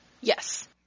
Yes